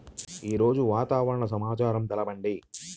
ఈరోజు వాతావరణ సమాచారం తెలుపండి